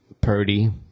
Purdy